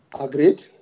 Agreed